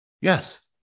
yes